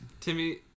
Timmy